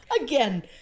again